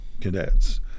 cadets